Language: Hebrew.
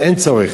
אז אין צורך.